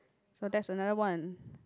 so that's another one